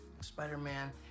Spider-Man